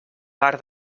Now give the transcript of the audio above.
bar